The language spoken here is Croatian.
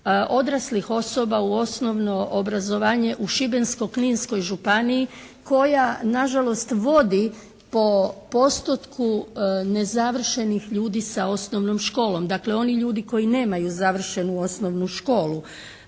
odraslih osoba u osnovno obrazovanje u Šibensko-kninskoj županiji koja nažalost vodi po postotku nezavršenih ljudi sa osnovnom školom. Dakle, oni ljudi koji nemaju završenu osnovnu školu.